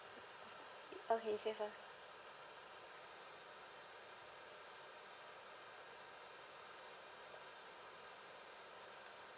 okay you say first